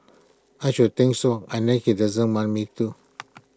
I should think so unless he doesn't want me to